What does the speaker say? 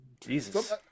jesus